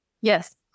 Yes